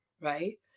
right